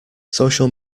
social